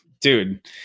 Dude